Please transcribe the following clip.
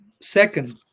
Second